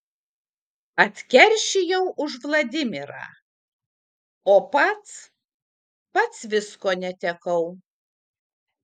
atkeršijau už vladimirą o pats pats visko netekau